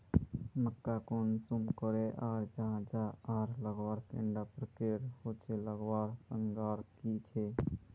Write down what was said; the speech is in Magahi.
मक्का कुंसम करे लगा जाहा जाहा आर लगवार कैडा प्रकारेर होचे लगवार संगकर की झे?